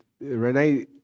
Renee